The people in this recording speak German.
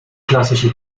klassische